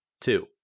Two